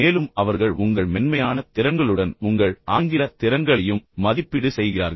மேலும் அவர்கள் உங்கள் மென்மையான திறன்களுடன் உங்கள் ஆங்கில திறன்களையும் மதிப்பீடு செய்கிறார்கள்